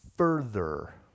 further